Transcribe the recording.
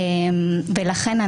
לכן,